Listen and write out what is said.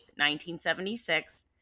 1976